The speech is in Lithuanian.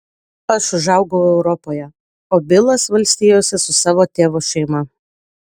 aš užaugau europoje o bilas valstijose su savo tėvo šeima